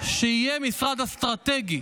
שיהיה משרד אסטרטגי